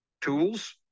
tools